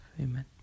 Amen